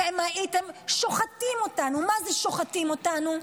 אתם הייתם שוחטים אותנו, מה זה שוחטים אותנו.